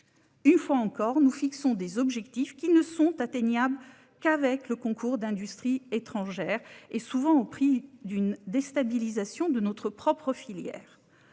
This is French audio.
Une fois encore, nous fixons des objectifs qui ne sont atteignables qu'avec le concours d'industries étrangères, et souvent au prix d'une déstabilisation de notre propre filière.